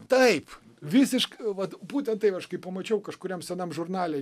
taip visiškai vat būtent taip aš kai pamačiau kažkuriam senam žurnale